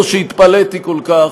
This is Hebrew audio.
לא שהתפלאתי כל כך,